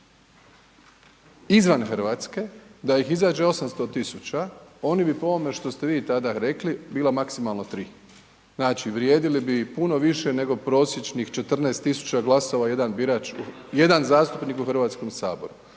izvan Hrvatske, da ih izađe 800 tisuća, oni bi po ovome što ste vi tada rekli bilo maksimalno tri. Znači vrijedili bi puno više nego prosječnih 14 tisuća glasova jedan birač, jedan zastupnik u Hrvatskom saboru.